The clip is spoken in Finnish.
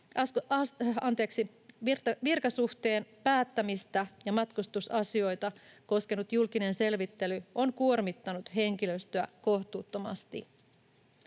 virkasuhteen päättämistä ja matkustusasioita koskenut julkinen selvittely on kuormittanut henkilöstöä kohtuuttomasti.